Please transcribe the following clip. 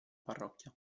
parrocchia